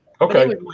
okay